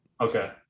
okay